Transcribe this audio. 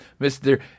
Mr